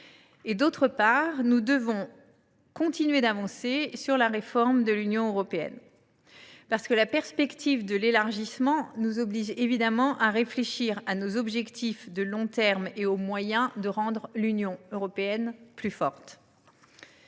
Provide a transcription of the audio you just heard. ; d’autre part, nous devons continuer d’avancer dans la réforme de l’Union européenne, car la perspective de l’élargissement nous oblige à réfléchir à nos objectifs de long terme et aux moyens de rendre l’Union plus forte.